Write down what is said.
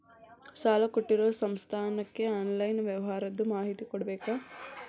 ಸಾಲಾ ಕೊಟ್ಟಿರೋ ಸಂಸ್ಥಾಕ್ಕೆ ಆನ್ಲೈನ್ ವ್ಯವಹಾರದ್ದು ಮಾಹಿತಿ ಕೊಡಬೇಕಾ?